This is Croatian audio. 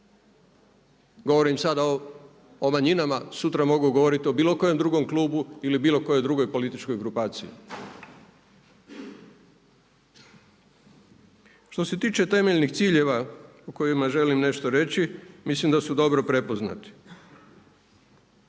Govorim sada o manjinama, sutra mogu govoriti o bilo kojem drugom klubu ili bilo kojoj drugoj političkoj grupaciji. Što se tiče temeljnih ciljeva o kojima želim nešto reći mislim da su dobro prepoznati.